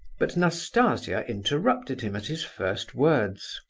but nastasia interrupted him at his first words.